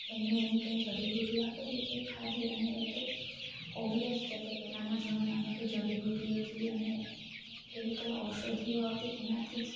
એમણે એની કંઈ જડીબુટી આપેલી એ ખાધી અને એતો ઓબીઅસ છે કે પહેલાના જમાનામાં તો જળીબુટીઓથી અને એવી કંઈ ઔષધિઓ આવતી એનાથી જ